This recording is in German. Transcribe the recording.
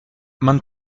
man